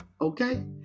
Okay